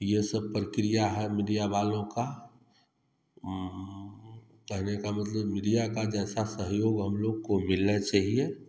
यह सब प्रक्रिया है मीडिया वालों का कहने का मतलब मीडिया का जैसा सहयोग हम लोग को मिलना चाहिए